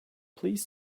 please